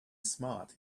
smart